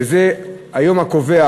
שזה היום הקובע?